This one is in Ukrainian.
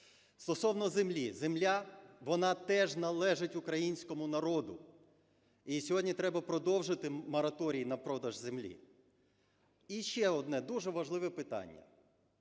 Стосовно землі. Земля, вона теж належить українському народу. І сьогодні треба продовжити мораторій на продаж землі. І ще одне дуже важливе питання.